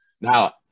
now